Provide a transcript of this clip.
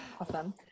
Awesome